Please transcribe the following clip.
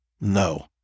No